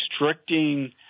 restricting